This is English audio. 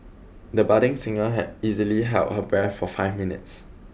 the budding singer had easily held her breath for five minutes